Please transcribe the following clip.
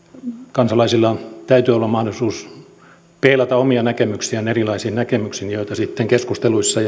kansalaisilla täytyy olla mahdollisuus peilata omia näkemyksiään erilaisiin näkemyksiin joita sitten keskusteluissa